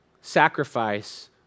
sacrifice